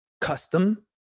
custom